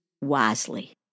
wisely